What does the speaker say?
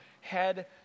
head